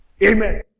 Amen